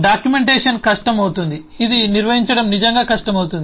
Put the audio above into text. documentation కష్టం అవుతుంది ఇది నిర్వహించడం నిజంగా కష్టమవుతుంది